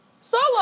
Solo